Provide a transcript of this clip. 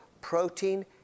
protein